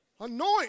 Anoint